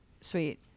Sweet